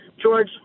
George